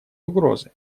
угрозы